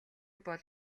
бол